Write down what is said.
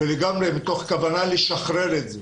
מתוך כוונה לשחרר את זה.